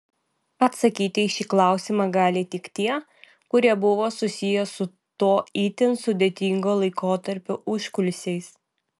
atsakyti į šį klausimą gali tik tie kurie buvo susiję su to itin sudėtingo laikotarpio užkulisiais